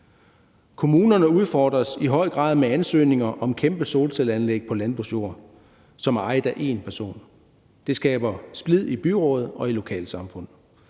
Kommunerne udfordres i høj grad med ansøgninger om kæmpe solcelleanlæg på landbrugsjord, som er ejet af én person. Det skaber splid i byråd og i lokalsamfund.